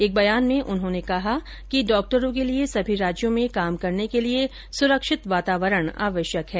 एक बयान में उन्होंने कहा कि डॉक्टरों के लिए सभी राज्यों में काम करने के लिए सुरक्षित वातावरण आवश्यक है